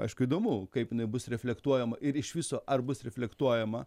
aišku įdomu kaip jinai bus reflektuojama ir iš viso ar bus reflektuojama